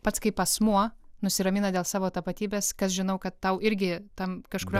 pats kaip asmuo nusiramina dėl savo tapatybės kad žinau kad tau irgi tam kažkur